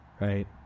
right